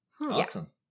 awesome